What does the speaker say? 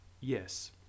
yes